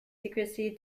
secrecy